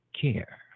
care